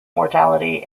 mortality